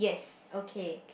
okay